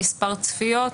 מספר צפיות,